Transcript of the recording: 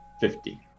Fifty